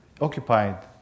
occupied